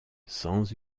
sans